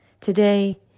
Today